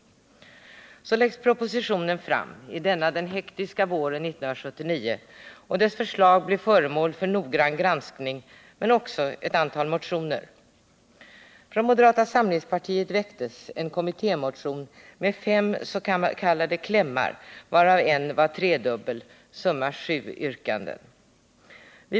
Tisdagen den Så läggs propositionen fram i denna den hektiska våren 1979, och dess 29 maj 1979 förslag blir föremål för noggrann granskning men också ett antal motioner. Trädgårdsnäringen Från moderata samlingspartiet väcktes en kommittémotion med fem s.k. klämmar, varav en var tredubbel. Antalet yrkanden var alltså sju.